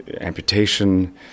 amputation